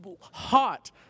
hot